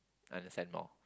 understand more